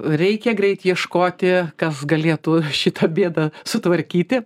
reikia greit ieškoti kas galėtų šitą bėdą sutvarkyti